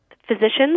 physicians